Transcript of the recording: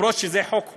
אפילו שזה חוק חובה,